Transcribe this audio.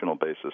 basis